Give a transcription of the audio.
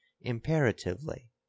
imperatively